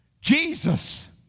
Jesus